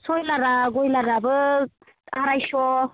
सयलारा बयलाराबो आरायस'